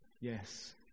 yes